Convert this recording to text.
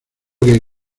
que